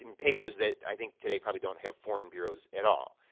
and papers that i think today probably don't have foreign bureaus at all,